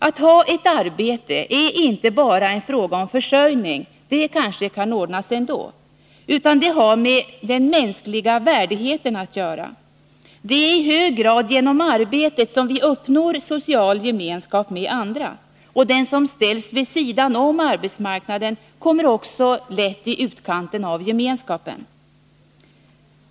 Att ha ett arbete är inte bara en fråga om fö ning — den kanske kan ordnas ändå — utan det har med den mänskliga värdigheten att göra. Det är i hög grad genom arbetet som vi uppnår social gemenskap med andra. Den som ställs vid sidan om arbetsmarknaden kommer också lätt i utkanten av gemenskapen.